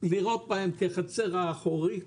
תנו להם גרייס להחזר ההלוואות.